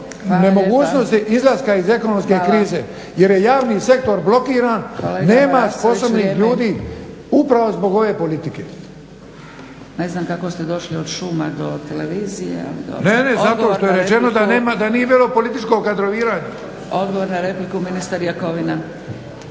nemogućnosti izlaska iz ekonomske krize jer je javni sektor blokiran, nema sposobnih ljudi upravo zbog ove politike. **Zgrebec, Dragica (SDP)** Ne znam kako ste došli od šuma do televizije ali dobro. … /Upadica: Ne, ne zato što je rečeno da nije bilo političkog kadroviranja./ … Odgovor na repliku ministar Jakovina.